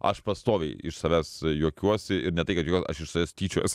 aš pastoviai iš savęs juokiuosi ir ne tai kad juo aš iš savęs tyčiojuosi